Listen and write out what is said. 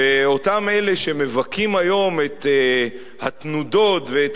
ואותם אלה שמבכים היום את התנודות ואת